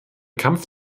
kampf